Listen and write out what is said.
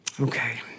Okay